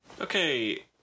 Okay